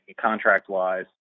contract-wise